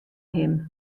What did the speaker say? him